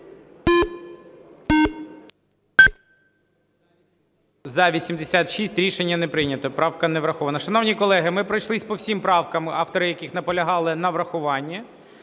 За-86 Рішення не прийнято. Правка не врахована. Шановні колеги, ми пройшлись по всім правкам, автори яких наполягали на врахуванні.